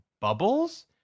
bubbles